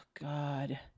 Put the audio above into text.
god